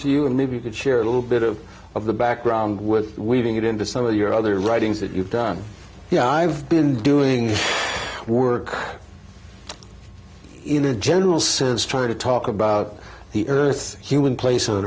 to you and maybe you could share a little bit of of the background with weaving it into some of your other writings that you've done yeah i've been doing work in a general sense trying to talk about the earth human place on